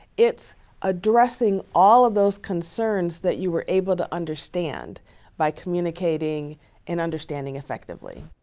it's addressing all of those concerns that you were able to understand by communicating and understanding effectively.